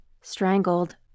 strangled